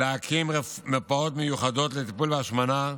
להקים מרפאות מיוחדות לטיפול בהשמנה,